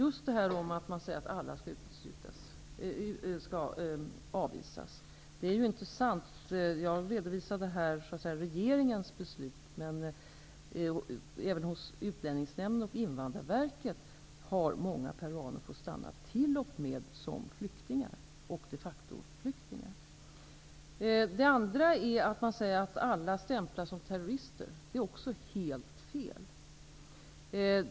Ett exempel är att man säger att alla skall avvisas. Det är inte sant. Jag redovisade här regeringens beslut, men även efter Utlänningsnämndens och Invandrarverkets beslut har många peruaner fått stanna, t.o.m. som flyktingar och de facto-flyktingar. Ett annat exempel är att man säger att alla stämplas som terrorister. Det är också helt fel.